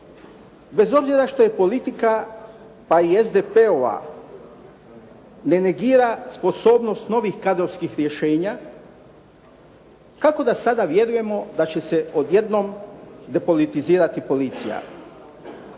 Bez obzira što je politika pa i SDP-ova ne negira sposobnost novih kadrovskih rješenja, kako da sada vjerujemo da će se odjednom depolitizirati policija?